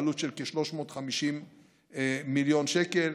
בעלות של כ-350 מיליון שקלים,